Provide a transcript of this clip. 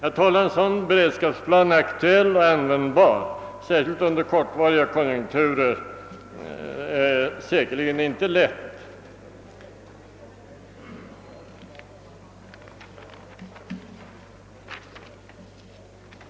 Att hålla en sådan beredskapsplan aktuell och användbar särskilt under kortvariga konjunktursvackor blir inte lätt.